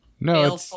no